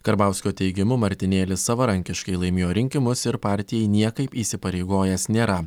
karbauskio teigimu martinėlis savarankiškai laimėjo rinkimus ir partijai niekaip įsipareigojęs nėra